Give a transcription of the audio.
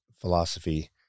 philosophy